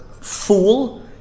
Fool